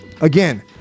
again